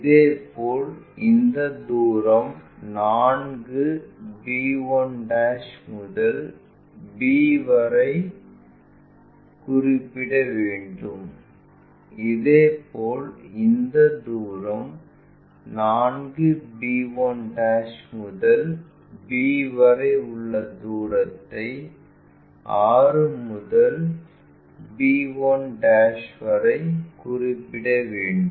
இதேபோல் இந்த தூரம் 4 b 1 முதல் b வரை உள்ள தூரத்தை 6 முதல் b 1 வரை குறிப்பிட வேண்டும்